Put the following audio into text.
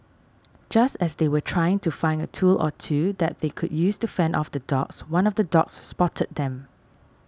just as they were trying to find a tool or two that they could use to fend off the dogs one of the dogs spotted them